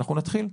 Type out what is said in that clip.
אנחנו נתחיל.